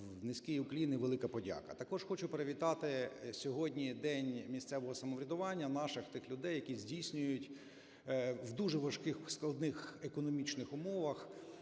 Низький уклін і велика подяка! Також хочу привітати, сьогодні День місцевого самоврядування, наших тих людей, які здійснюють в дуже важких складних економічних умовах